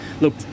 look